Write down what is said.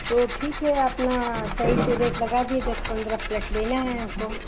तो ठीक है अपना सही से रेट लगा दिए दस पंद्रह प्लेट लेना है हमको